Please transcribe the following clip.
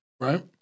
right